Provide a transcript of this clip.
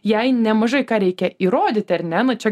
jai nemažai ką reikia įrodyti ar ne nu čia